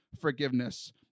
forgiveness